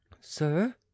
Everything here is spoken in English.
Sir